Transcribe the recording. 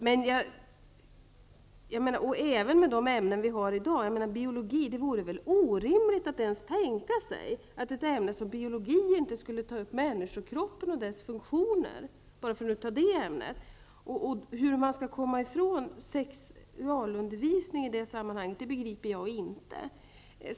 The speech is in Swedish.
Med tanke på de ämnen som vi har i dag vore det ju orimligt att ens tänka sig att ett ämne som biologi inte skulle ta upp människokroppen och dess funktioner, för att ta ett exempel. Jag begriper inte hur man i det sammanhanget skall kunna komma ifrån sexualundervisning.